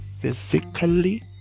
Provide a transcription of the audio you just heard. physically